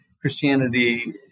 Christianity